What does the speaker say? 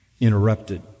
interrupted